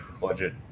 budget